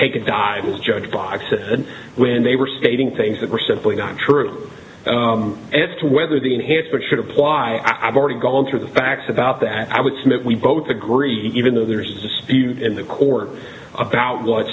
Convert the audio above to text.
take a dive as judge boxes and when they were stating things that were simply not true as to whether the enhanced but should apply i've already gone through the facts about that i would submit we both agree even though there's a dispute in the court about